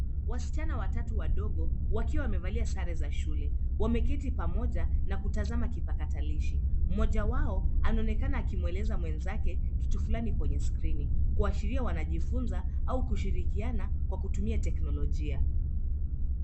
Wasichana watatu wadogo wakiwa wamevalia sare za shule wameketi pamoja na kutazama kipakatilishi. Mmoja wao anaonekana akimweleza mwenzake kitu fulani kwenye skrini kuashiria wanajifunza au kushirikiana kwa kutumia teknolojia.